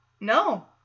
no